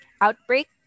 Outbreak